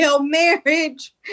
marriage